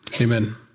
amen